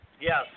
yes